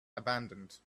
abandoned